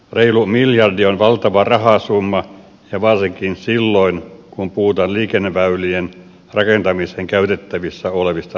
reilu miljardi on valtava rahasumma ja varsinkin silloin kun puhutaan liikenneväylien rakentamiseen käytettävissä olevista rahoista